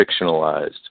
fictionalized